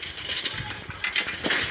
संजनाक निवेशेर कोई जानकारी नी छेक